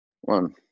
One